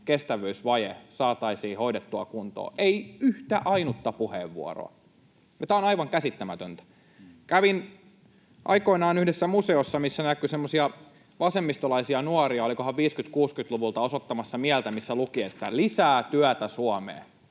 kestävyysvaje saataisiin hoidettua kuntoon — ei yhtä ainutta puheenvuoroa. Tämä on aivan käsittämätöntä. Kävin aikoinaan yhdessä museossa, missä näkyi semmoisia vasemmistolaisia nuoria — olikohan 50—60-luvulta — osoittamassa mieltä kyltein, missä luki, että lisää työtä Suomeen,